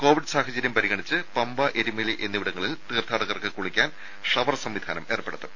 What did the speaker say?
Covid സാഹചര്യം പരിഗണിച്ച് പമ്പ എരുമേലി എന്നിവിടങ്ങളിൽ തീർത്ഥാടകർക്ക് കുളിക്കാൻ ഷവർ സംവിധാനം ഏർപ്പെടുത്തും